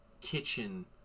kitchen